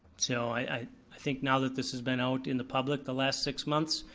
so i i think now that this has been out in the public the last six months,